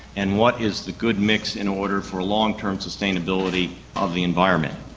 and what is the good mix in order for a long-term sustainability of the environment.